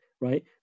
right